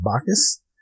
Bacchus